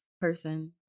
person